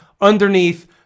underneath